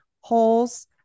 holes